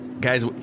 Guys